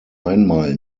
einmal